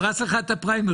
הרס לך את הפריימריז.